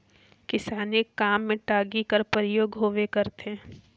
किसानी काम मे टागी कर परियोग होबे करथे